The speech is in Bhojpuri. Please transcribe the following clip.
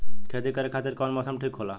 खेती करे खातिर कौन मौसम ठीक होला?